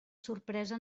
sorpresa